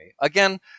Again